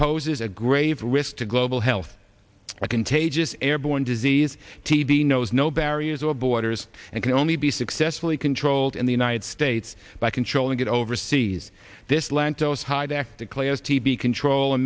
poses a grave risk to global health a contagious airborne disease tb knows no barriers or borders and can only be successfully controlled in the united states by controlling it overseas this lantos hyde act declares tb control a